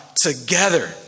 together